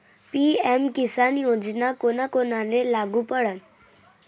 PM Kisan योजना कोना कोनाले लागू पडन?